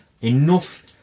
enough